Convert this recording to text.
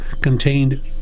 contained